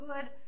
good